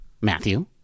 Matthew